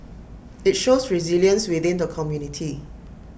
IT shows resilience within the community